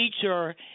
teacher